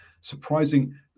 surprising